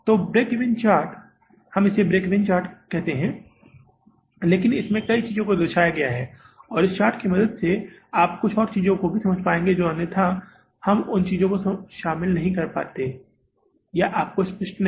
तो break even chart हम इसे ब्रेक ईवन चार्ट भी कहते हैं लेकिन इसमें कई चीजों को दर्शाया गया है और इस चार्ट की मदद से आप कुछ और चीजों को भी समझ पाएंगे जो अन्यथा हम उन चीजों में शामिल नहीं हो पाएंगे या आपको स्पष्ट नहीं